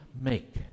make